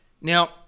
Now